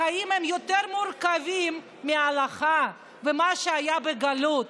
החיים הם יותר מורכבים מההלכה ומה שהיה בגלות.